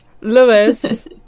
Lewis